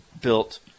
built